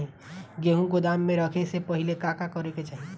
गेहु गोदाम मे रखे से पहिले का का करे के चाही?